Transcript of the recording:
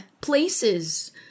places